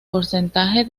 porcentaje